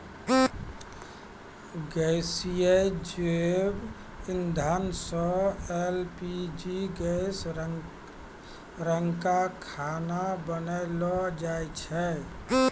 गैसीय जैव इंधन सँ एल.पी.जी गैस रंका खाना बनैलो जाय छै?